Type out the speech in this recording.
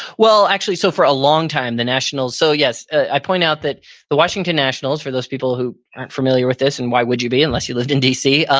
well actually, so for a long time the nationals. so, yes i point out that the washington nationals, for those people who aren't familiar with this and why would you be unless you lived in dc,